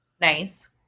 Nice